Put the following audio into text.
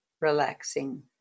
relaxing